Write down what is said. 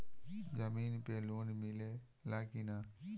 जमीन पे लोन मिले ला की ना?